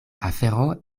afero